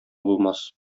булмас